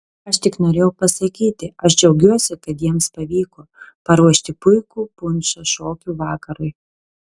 aš tik norėjau pasakyti aš džiaugiuosi kad jiems pavyko paruošti puikų punšą šokių vakarui